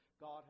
God